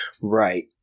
Right